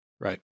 Right